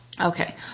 Okay